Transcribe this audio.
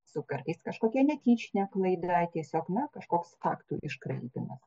su kartais kažkokia netyčine klaida tiesiog na kažkoks faktų iškraipymas